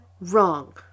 wrong